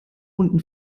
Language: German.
unten